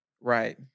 Right